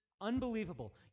unbelievable